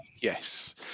Yes